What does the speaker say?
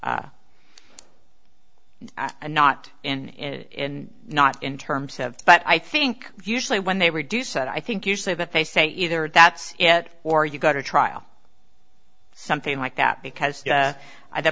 and not and not in terms of but i think usually when they reduce it i think usually but they say either that's it or you go to trial something like that because i the